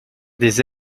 des